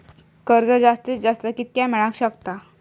कर्ज जास्तीत जास्त कितक्या मेळाक शकता?